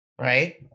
right